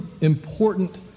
important